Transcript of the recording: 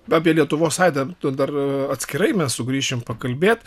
apie lietuvos aidą dar atskirai mes sugrįšim pakalbėt